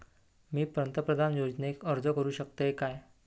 मी पंतप्रधान योजनेक अर्ज करू शकतय काय?